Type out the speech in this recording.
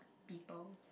people